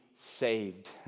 saved